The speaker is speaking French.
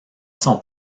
son